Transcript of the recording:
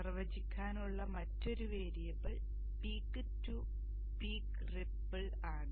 നിർവചിക്കാനുള്ള മറ്റൊരു variable peak to peak ripple ആണ്